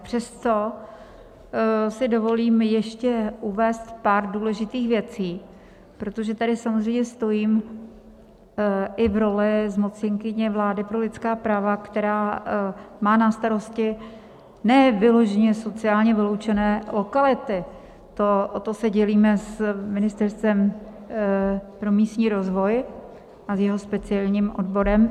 Přesto si dovolím ještě uvést pár důležitých věcí, protože tady samozřejmě stojím i v roli zmocněnkyně vlády pro lidská práva, která má na starosti ne vyloženě sociálně vyloučené lokality o to se dělíme s Ministerstvem pro místní rozvoj a jeho speciálním odborem.